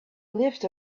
lived